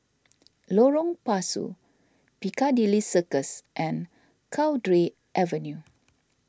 Lorong Pasu Piccadilly Circus and Cowdray Avenue